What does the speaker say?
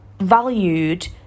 valued